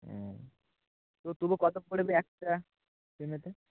ও তো তবু কত পড়বে একটা ফ্রেমেতে